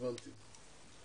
הבנתי.